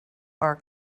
our